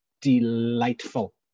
delightful